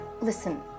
Listen